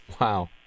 Wow